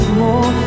more